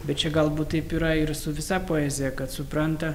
bet čia galbūt taip yra ir su visa poezija kad supranta